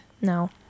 No